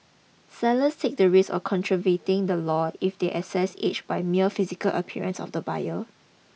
sellers take the risk of contravening the law if they assess age by mere physical appearance of the buyer